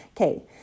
okay